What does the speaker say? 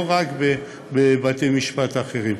לא רק בבתי-משפט אחרים.